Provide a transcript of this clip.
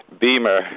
Beamer